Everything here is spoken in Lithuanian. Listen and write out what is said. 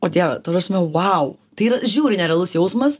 o dieve ta prasme wau tai yra žiauriai nerealus jausmas